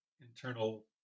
internal